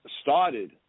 started